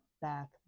back